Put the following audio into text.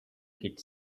could